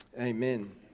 amen